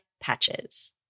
Patches